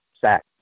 sack